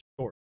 short